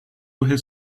his